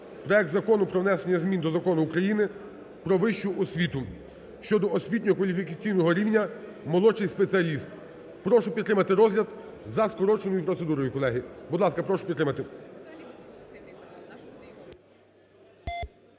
Проект Закону про внесення змін до Закону України "Про вищу освіту" (щодо освітньо-кваліфікаційного рівня "молодший спеціаліст"). Прошу підтримати розгляд за скороченою процедурою, колеги. Будь ласка, прошу підтримати.